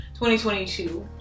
2022